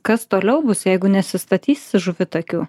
kas toliau bus jeigu nesistatys žuvitakių